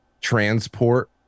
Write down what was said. transport